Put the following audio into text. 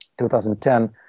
2010